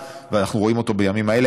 ואנחנו רואים אותו בימים האלה,